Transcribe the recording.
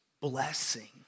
blessing